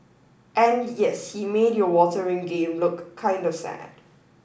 and yes he made your water ring game look kind of sad